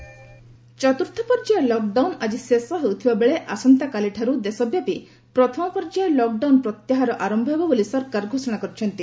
lockdown ଚତ୍ରୁର୍ଥ ପର୍ଯ୍ୟାୟ lockdown ଆଜି ଶେଷ ହେଉଥିବା ବେଳେ ଆସନ୍ତାକାଲିଠାରୁ ଦେଶବ୍ୟାପୀ ପ୍ରଥମ ପର୍ଯ୍ୟାୟ ଲକଡାଉନ ପ୍ରତ୍ୟାହାର ଆରମ୍ଭ ହେବ ବୋଲି ସରକାର ଘୋଷଣା କରିଛନ୍ତି